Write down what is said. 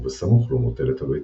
ובסמוך לו מוטלת הביצה.